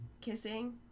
Kissing